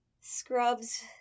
scrubs